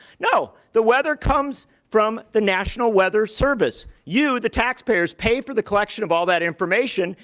no. the weather comes from the national weather service. you, the taxpayers, pay for the collection of all that information.